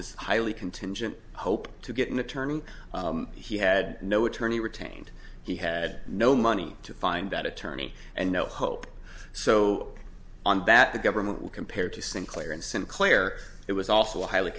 's highly contingent hope to get an attorney he had no attorney retained he had no money to find that attorney and no hope so on back the government would compare to sinclair and sinclair it was also a highly